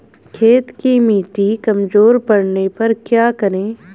खेत की मिटी कमजोर पड़ने पर क्या करें?